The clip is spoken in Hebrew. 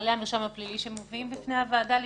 בכללי המרשם הפלילי שמביאים בפני הוועדה לאישור.